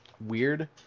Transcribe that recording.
weird